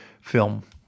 film